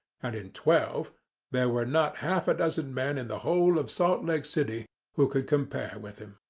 and in twelve there were not half a dozen men in the whole of salt lake city who could compare with him.